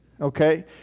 Okay